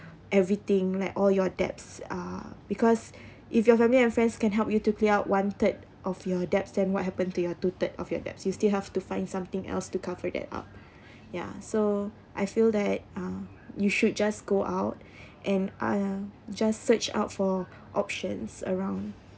everything like all your debts uh because if your family and friends can help you to clear one third of your debts then what happen to your two third of your debts you still have to find something else to cover that up ya so I feel that uh you should just go out and uh just search out for options around